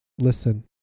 Listen